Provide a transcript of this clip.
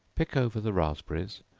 pick over the raspberries,